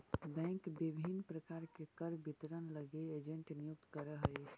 bank विभिन्न प्रकार के कर वितरण लगी एजेंट नियुक्त करऽ हइ